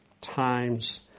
times